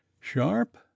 sharp